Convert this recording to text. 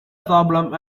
problem